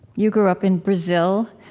you grew up in brazil.